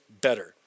better